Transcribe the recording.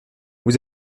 vous